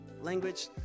language